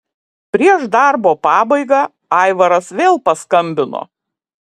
prieš darbo pabaigą aivaras vėl paskambino